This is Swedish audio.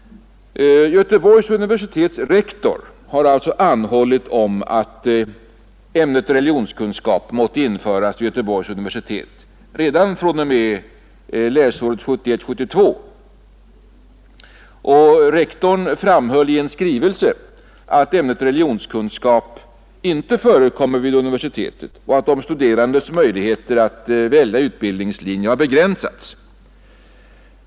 Göteborgs universitets rektor har anhållit om att ämnet religionskunskap måtte införas vid Göteborgs universitet redan fr.o.m. läsåret 1971/72. Rektorn framhöll i en skrivelse att ämnet religionskunskap inte förekommer vid universitetet och att de studerandes möjligheter att välja utbildningslinje begränsats.